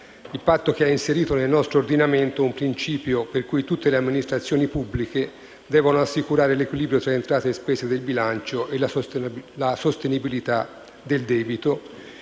Il Patto ha inserito nel nostro ordinamento un principio per cui tutte le amministrazioni pubbliche devono assicurare l'equilibrio tra entrate e spese del bilancio e la sostenibilità del debito